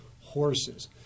horses